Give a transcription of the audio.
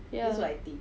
ya